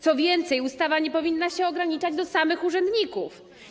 Co więcej, ustawa nie powinna się ograniczać do samych urzędników.